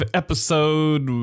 episode